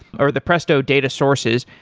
or the presto data sources.